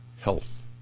Health